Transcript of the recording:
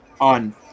on